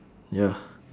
ya